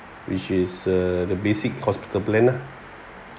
which is uh the basic hospital plan lah